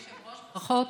אדוני היושב-ראש, ברכות